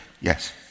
Yes